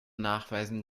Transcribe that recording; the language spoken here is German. nachweisen